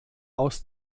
aus